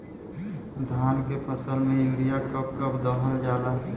धान के फसल में यूरिया कब कब दहल जाला?